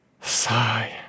sigh